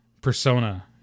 persona